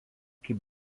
kaip